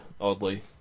oddly